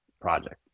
project